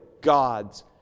God's